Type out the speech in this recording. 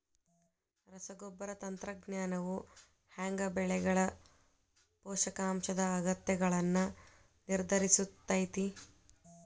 ರಸಗೊಬ್ಬರ ತಂತ್ರಜ್ಞಾನವು ಹ್ಯಾಂಗ ಬೆಳೆಗಳ ಪೋಷಕಾಂಶದ ಅಗತ್ಯಗಳನ್ನ ನಿರ್ಧರಿಸುತೈತ್ರಿ?